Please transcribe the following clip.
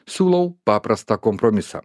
siūlau paprastą kompromisą